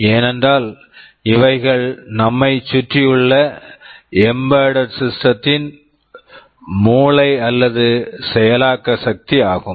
ஏனென்றால் இவைகள் நம்மைச் சுற்றியுள்ள எம்பெட்டட் சிஸ்டம் embedded system த்தின் மூளை அல்லது செயலாக்க சக்தி ஆகும்